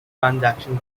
transactions